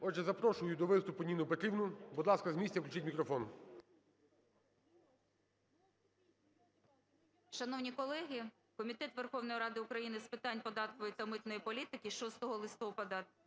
Отже, запрошую до виступу Ніну Петрівну. Будь ласка, з місця. Включіть мікрофон.